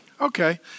Okay